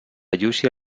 llúcia